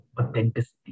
authenticity